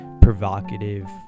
provocative